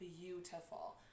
beautiful